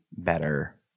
better